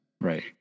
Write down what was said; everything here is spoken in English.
Right